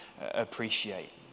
appreciate